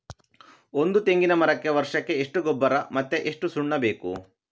ಒಂದು ತೆಂಗಿನ ಮರಕ್ಕೆ ವರ್ಷಕ್ಕೆ ಎಷ್ಟು ಗೊಬ್ಬರ ಮತ್ತೆ ಎಷ್ಟು ಸುಣ್ಣ ಬೇಕು?